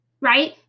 right